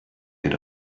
get